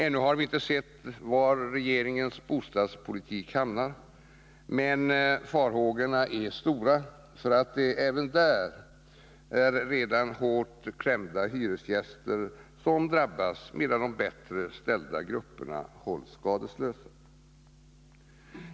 Ännu har vi inte sett var regeringens bostadspolitik hamnar, men farhågorna är stora för att det även där är redan hårt klämda hyresgäster som drabbas, medan bättre ställda grupper hålls skadeslösa.